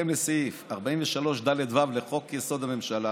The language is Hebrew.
בהתאם לסעיף 43ד(ו) לחוק-יסוד: הממשלה,